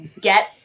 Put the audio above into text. get